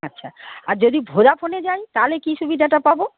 আচ্ছা আর যদি ভোডাফোন যাই তালে কী সুবিধাটা পাবো